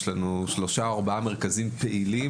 יש לנו שלושה או ארבעה מרכזים פעילים,